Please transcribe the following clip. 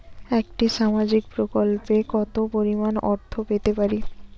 একটি সামাজিক প্রকল্পে কতো পরিমাণ অর্থ পেতে পারি?